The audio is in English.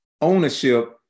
ownership